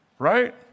Right